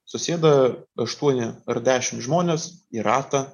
susėda aštuoni ar dešim žmonės į ratą